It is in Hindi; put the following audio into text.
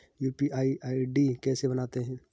यू.पी.आई आई.डी कैसे बनाते हैं?